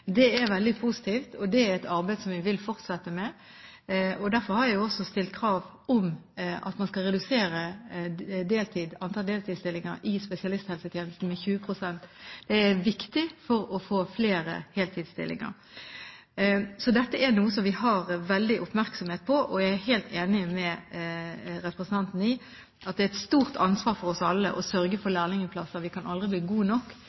Det er veldig positivt, og det er et arbeid som vi vil fortsette med. Derfor har jeg også stilt krav om at man skal redusere antall deltidsstillinger i spesialisthelsetjenesten med 20 pst. Det er viktig for å få flere heltidsstillinger. Så dette er noe som vi har stor oppmerksomhet på, og jeg er helt enig med representanten i at det er et stort ansvar for oss alle å sørge for lærlingplasser. Vi kan aldri bli gode nok.